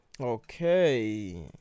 Okay